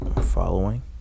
Following